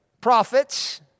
prophets